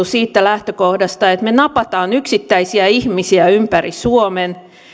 siitä lähtökohdasta että me nappaamme yksittäisiä ihmisiä ympäri suomen